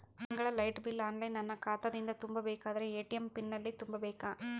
ತಿಂಗಳ light bill online ನನ್ನ ಖಾತಾ ದಿಂದ ತುಂಬಾ ಬೇಕಾದರ ಎ.ಟಿ.ಎಂ ಪಿನ್ ಎಲ್ಲಿ ತುಂಬೇಕ?